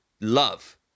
love